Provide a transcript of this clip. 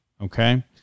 okay